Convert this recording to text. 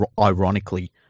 ironically